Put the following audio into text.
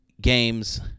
games